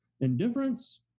indifference